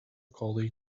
collie